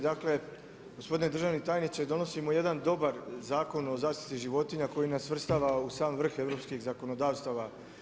Dakle, gospodine državni tajniče donosimo jedan dobar Zakon o zaštiti životinja koji nas svrstava u sam vrh europskih zakonodavstava.